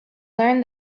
learn